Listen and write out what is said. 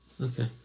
Okay